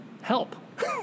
help